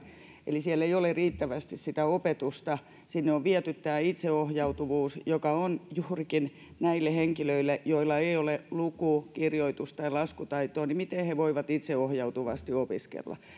eli siellä ei ole riittävästi sitä opetusta sinne on viety tämä itseohjautuvuus joka on juurikin näille henkilöille joilla ei ole luku kirjoitus tai laskutaitoa miten he voivat itseohjautuvasti opiskella